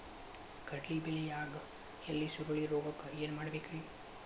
ಕಡ್ಲಿ ಬೆಳಿಯಾಗ ಎಲಿ ಸುರುಳಿರೋಗಕ್ಕ ಏನ್ ಮಾಡಬೇಕ್ರಿ?